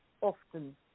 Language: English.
often